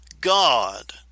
God